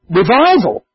revival